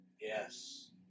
Yes